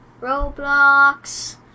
Roblox